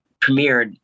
premiered